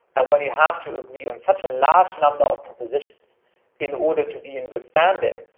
and when you have to agree on such a large number of propositions in order to be in good standing,